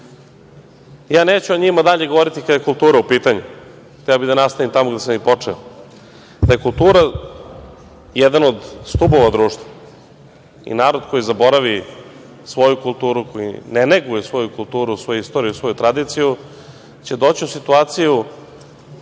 neću o njima dalje govoriti kada je kultura u pitanju. Hteo bih da nastavim tamo gde sam i počeo. Kultura je jedan od stubova društva i narod koji zaboravi svoju kulturu, koji ne neguje svoju kulturu, svoju istoriju, svoju tradiciju, će doći u situaciju